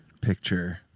picture